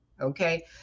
okay